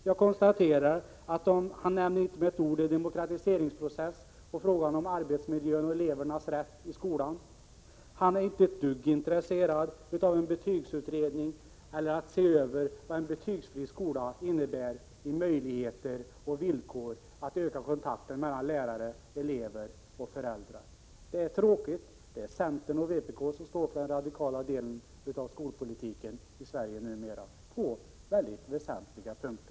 Jag konstaterar att han inte med ett enda ord nämner demokratiseringsprocessen och frågan om arbetsmiljön och elevernas rätt i skolan. Bengt Göransson är inte ett dugg intresserad av en betygsutredning eller av att se över vad en betygsfri.skola innebär för möjligheterna och villkoren när det gäller att öka kontakten mellan lärare, elever och föräldrar. Detta är tråkigt. Det är centern och vpk som numera på mycket väsentliga punkter står för den radikala delen av skolpolitiken i Sverige.